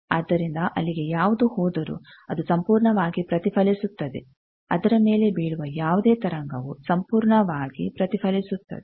ಆದ್ದರಿಂದ ಅಲ್ಲಿಗೆ ಯಾವುದು ಹೋದರೂ ಅದು ಸಂಪೂರ್ಣವಾಗಿ ಪ್ರತಿಫಲಿಸುತ್ತದೆ ಅದರ ಮೇಲೆ ಬೀಳುವ ಯಾವುದೇ ತರಂಗವು ಸಂಪೂರ್ಣವಾಗಿ ಪ್ರತಿಫಲಿಸುತ್ತದೆ